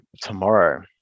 tomorrow